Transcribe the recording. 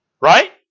Right